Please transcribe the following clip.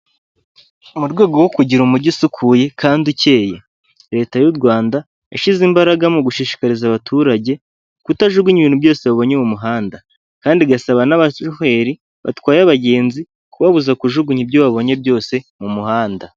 Mu rwego rwo kugira umujyi usukuye kandi ucye, leta y'u Rwanda yashyize imbaraga mu gushishikariza abaturage kutajugunya ibintu byose wabonye mu muhanda, kandi igasaba n'abashoferi batwaye abagenzi kubabuza kujugunya ibyo babonye byose mu muhanda.